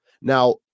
Now